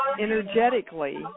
energetically